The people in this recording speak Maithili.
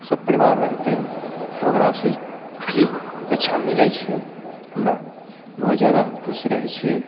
सब परिवार रहतै तऽ ओकरा से खुशी अच्छा मिलै छै हमरा बहुत जादा हम खुश रहै छियै